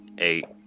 Eight